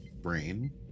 brain